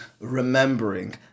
remembering